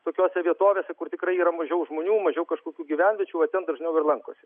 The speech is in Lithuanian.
tokiose vietovėse kur tikrai yra mažiau žmonių mažiau kažkokių gyvenviečių va ten dažniau lankosi